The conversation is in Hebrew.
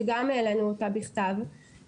שגם העלינו אותה בכתב.